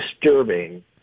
disturbing